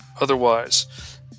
otherwise